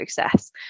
process